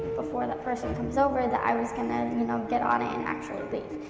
before the person comes over that i was gonna you know get on it and actually leave.